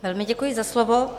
Velmi děkuji za slovo.